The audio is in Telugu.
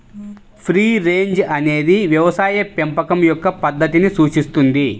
ఫ్రీ రేంజ్ అనేది వ్యవసాయ పెంపకం యొక్క పద్ధతిని సూచిస్తుంది